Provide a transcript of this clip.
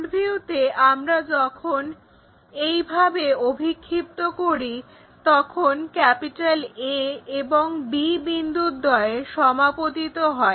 front ভিউতে আমরা যখন এইভাবে অভিক্ষিপ্ত করি তখন A এবং B বিন্দুদ্বয় সমাপতিত হয়